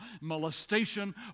molestation